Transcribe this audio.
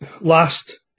last